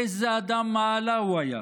איזה אדם מעלה הוא היה.